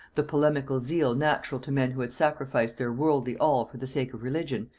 the polemical zeal natural to men who had sacrificed their worldly all for the sake of religion,